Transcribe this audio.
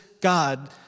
God